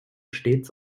stets